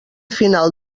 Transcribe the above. final